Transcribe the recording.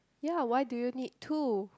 ya why do you need two